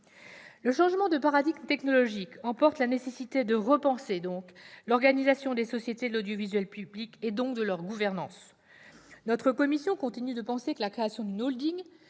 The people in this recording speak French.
Le changement de paradigme technologique emporte la nécessité de repenser l'organisation des sociétés de l'audiovisuel public et, donc, de leur gouvernance. La commission continue de penser que la création d'une